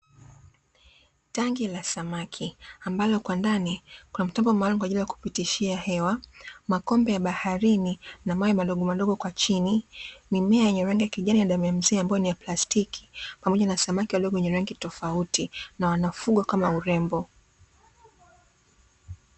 Tangi la samaki ambalo kwa ndani kuna mtambo maalumu kwa ajili ya kupitishia hewa makombe ya baharini. Na mawe madogo madogo kwa chini, Mimea yenye rangi ya kijani na damu ya mzee ambayo ni ya plastiki pamoja na samaki walio kwenye rangi tofauti na wanafugwa kama urembo.